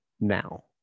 now